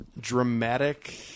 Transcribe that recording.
dramatic